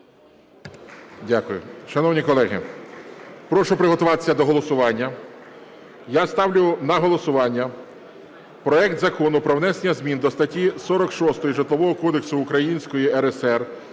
Дякую. Шановні колеги, прошу приготуватися до голосування. Я ставлю на голосування проект Закону про внесення змін до статті 46 Житлового кодексу Української РСР